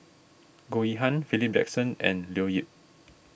Goh Yihan Philip Jackson and Leo Yip